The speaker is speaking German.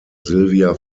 silvia